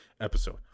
episode